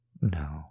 No